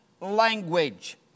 language